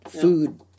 Food